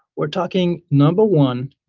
we're talking number one,